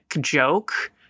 joke